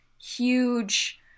huge